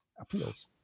appeals